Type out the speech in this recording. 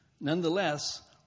nonetheless